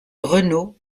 renault